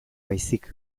baizik